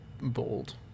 bold